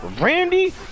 Randy